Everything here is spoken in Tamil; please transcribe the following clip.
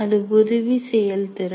அது உதவி செயல்திறன்